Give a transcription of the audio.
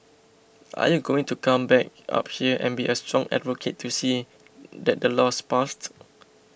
are you going to come back up here and be a strong advocate to see that the law's passed